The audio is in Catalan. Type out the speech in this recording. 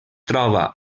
troba